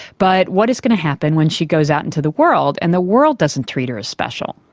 but what is going to happen when she goes out into the world and the world doesn't treat her as special?